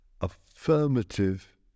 affirmative